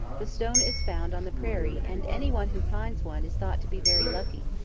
the stone is found on the prairie, and any one who finds one is thought to be very lucky.